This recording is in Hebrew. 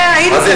זה שהיינו,